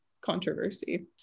controversy